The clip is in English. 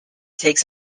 takes